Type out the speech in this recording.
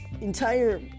entire